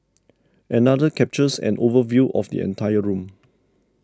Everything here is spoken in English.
another captures an overview of the entire room